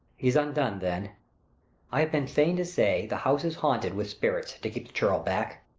he's undone then i have been fain to say, the house is haunted with spirits, to keep churl back.